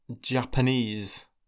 Japanese